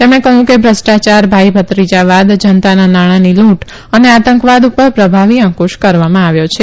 તેમણે કહ્યું કે ભ્રષ્ટાયાર ભાઈ ભત્રીજાવાદ જનતાના નાણાંની લુંટ અને આતંકવાદ ઉપર પ્રભાવી અંકુશ કરવામાં આવ્યો છે